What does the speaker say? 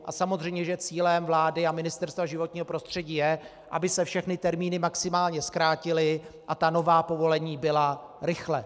A samozřejmě že cílem vlády a Ministerstva životního prostředí je, aby se všechny termíny maximálně zkrátily a nová povolení byla rychle.